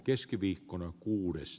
ensimmäinen varapuhemies